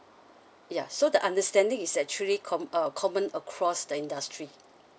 ya so the understanding is actually com~ uh common across the industry